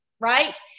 right